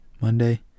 Monday